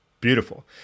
beautiful